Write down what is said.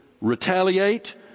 retaliate